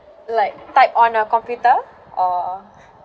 like type on a computer or